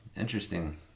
interesting